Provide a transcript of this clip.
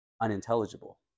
unintelligible